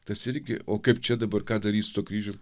tas irgi o kaip čia dabar ką daryt su tuo kryžium